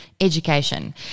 Education